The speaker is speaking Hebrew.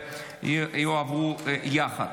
אין מתנגדים.